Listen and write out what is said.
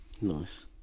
Nice